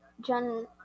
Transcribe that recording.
John